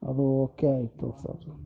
ಅದು ಓಕೆ ಆಯಿತು ಸರ್